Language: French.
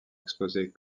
exposés